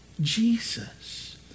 Jesus